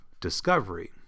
discovery